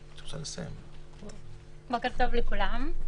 בוקר טוב לכולם.